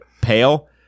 Pale